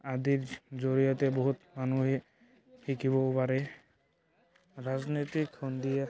আদিৰ জৰিয়তে বহুত মানুহে শিকিবও পাৰে ৰাজনৈতিক সন্ধিয়া